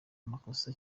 amakosa